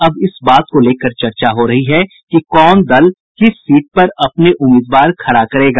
अब इस बात को लेकर चर्चा हो रही है कि कौन दल किस सीट पर अपने उम्मीदवार खड़ा करेगा